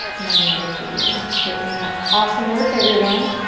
and then eventually begin to straighten it out. awesome work, everyone.